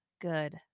good